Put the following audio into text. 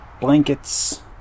blankets